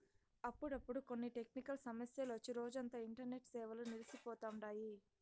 అప్పుడప్పుడు కొన్ని టెక్నికల్ సమస్యలొచ్చి రోజంతా ఇంటర్నెట్ సేవలు నిల్సి పోతండాయి